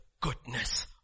goodness